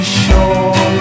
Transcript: sure